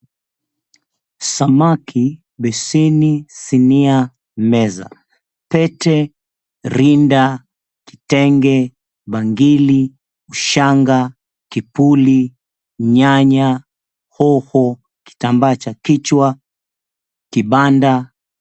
Samaki, beseni, sinia, meza, pete, rinda, kitenge, bangili, ushanga, kipuli, nyanya, hoho, kitambaa cha kichwa, kibanda.